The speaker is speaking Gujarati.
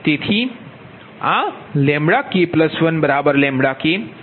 તેથી આ K1K∆Kઆ સમીકરણ 65 છે